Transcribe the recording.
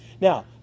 Now